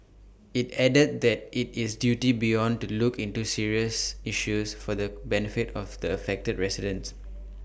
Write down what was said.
IT added that IT is duty beyond to look into serious issues for the benefit of the affected residents